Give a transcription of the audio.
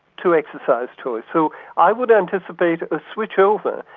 to exercise choice. so i would anticipate a switch over,